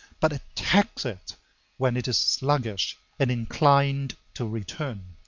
but attacks it when it is sluggish and inclined to return.